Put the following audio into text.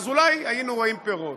אולי היינו רואים פירות.